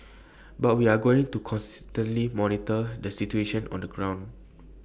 but we are going to constantly monitor the situation on the ground